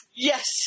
Yes